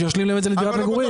שישלים להם את זה לדירת מגורים.